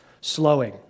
slowing